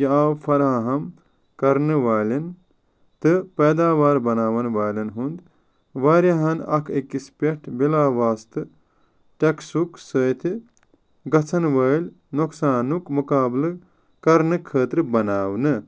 یہِ آو فراہَم کرنہٕ والٮ۪ن تہٕ پیداوار بناوَن والٮ۪ن ہُنٛد واریاہَن اَکھ أکِس پٮ۪ٹھ بِلا واستہٕ ٹٮ۪کسُک سۭتہِ گژھَن وٲلۍ نۄقصانُک مُقابلہٕ کَرنہٕ خٲطرٕ بناونہٕ